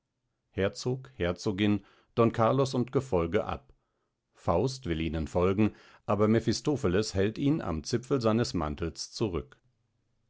herzog herzogin don carlos und gefolge ab faust will ihnen folgen aber mephistopheles hält ihn am zipfel seines mantels zurück